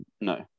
No